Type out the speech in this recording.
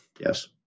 Yes